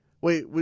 Wait